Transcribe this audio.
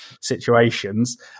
situations